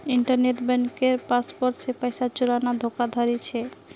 internet बन्किंगेर password से पैसा चुराना धोकाधाड़ी छे